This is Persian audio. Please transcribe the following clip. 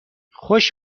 خوش